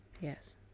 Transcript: Yes